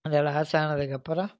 அந்த லாஸ் ஆனதுக்கு அப்புறம்